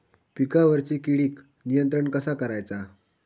पिकावरची किडीक नियंत्रण कसा करायचा?